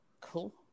cool